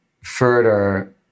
further